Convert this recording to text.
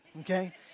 Okay